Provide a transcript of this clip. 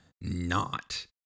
Not